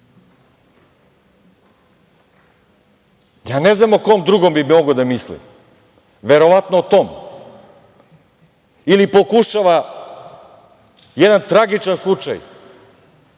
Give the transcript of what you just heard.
znam o kom drugom bi mogao da misli. Verovatno o tom. Ili pokušava jedan tragičan slučaj